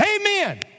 Amen